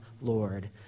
Lord